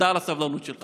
תודה על הסבלנות שלך.